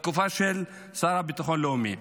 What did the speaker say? בתקופה של השר לביטחון לאומי.